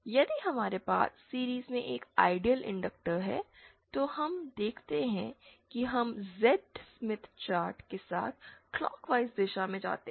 यदि हमारे पास सीरिज़ में एक आइडियल इनडक्टर है तो हम देखते हैं कि हम जेड स्मिथ चार्ट के साथ क्लॉकवाइज़ दिशा में जा सकते हैं